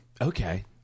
Okay